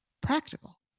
practical